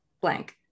blank